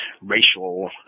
racial